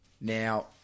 now